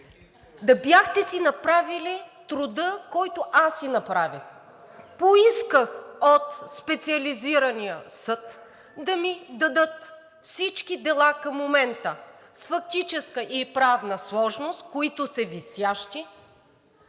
да бяхте си направили труда, който аз си направих. Поисках от Специализирания съд да ми дадат всички дела към момента с фактическа и правна сложност, които са висящи,